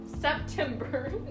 September